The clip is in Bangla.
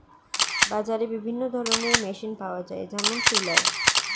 বাজারে বিভিন্ন ধরনের মেশিন পাওয়া যায় যেমন টিলার